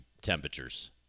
temperatures